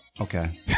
Okay